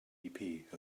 gdp